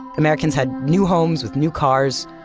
americans had new homes with new cars,